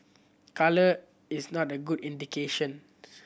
colour is not a good indication